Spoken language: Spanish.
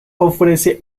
ofrece